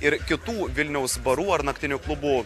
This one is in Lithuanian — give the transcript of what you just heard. ir kitų vilniaus barų ar naktinių klubų